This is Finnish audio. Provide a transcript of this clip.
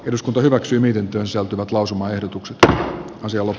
eduskunta hyväksyminen taas joutuvat lakiehdotus hylätty